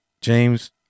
James